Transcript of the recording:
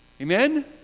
Amen